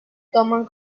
toman